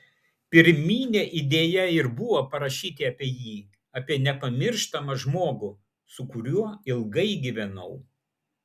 pirminė idėja ir buvo parašyti apie jį apie nepamirštamą žmogų su kuriuo ilgai gyvenau